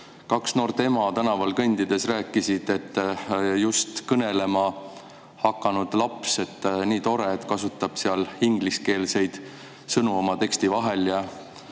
kaks noort ema tänaval kõndides rääkisid, et just kõnelema hakanud laps, nii tore, kasutab seal ingliskeelseid sõnu oma [jutus]. Ja